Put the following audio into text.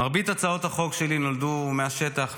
מרבית הצעות החוק שלי נולדו מהשטח,